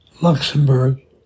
Luxembourg